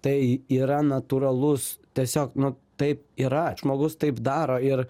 tai yra natūralus tiesiog nu taip yra žmogus taip daro ir